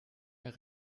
mehr